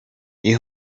iri